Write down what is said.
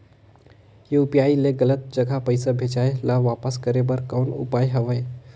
UPI ले गलत जगह पईसा भेजाय ल वापस करे बर कौन उपाय हवय?